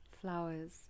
flowers